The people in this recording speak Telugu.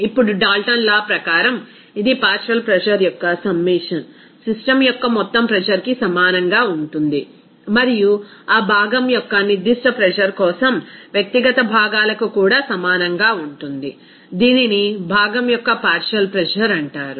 ఇప్పుడు డాల్టన్ లా ప్రకారం ఇది పార్షియల్ ప్రెజర్ యొక్క సమ్మషన్ సిస్టమ్ యొక్క మొత్తం ప్రెజర్ కి సమానంగా ఉంటుంది మరియు ఆ భాగం యొక్క నిర్దిష్ట ప్రెజర్ కోసం వ్యక్తిగత భాగాలకు కూడా సమానంగా ఉంటుంది దీనిని భాగం యొక్క పార్షియల్ ప్రెజర్ అంటారు